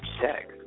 check